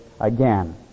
again